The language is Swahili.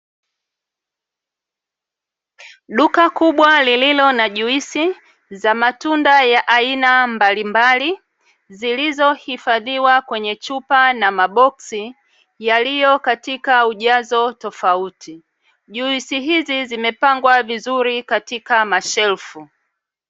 Duka kubwa lililo na juisi za matunda ya aina mbalimbali zilizohifadhiwa kwenye chupa na maboksi yaliyo katika ujazo tofauti. Juisi hizi zimepangwa vizuri katika mashelfu.